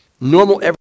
Normal